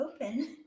open